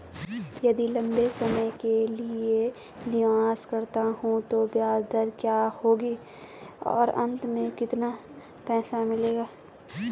यदि लंबे समय के लिए निवेश करता हूँ तो ब्याज दर क्या होगी और अंत में कितना पैसा मिलेगा?